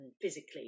physically